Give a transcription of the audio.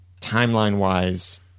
timeline-wise